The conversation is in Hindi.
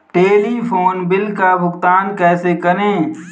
टेलीफोन बिल का भुगतान कैसे करें?